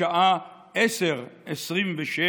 בשעה 10:27,